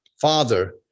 Father